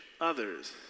others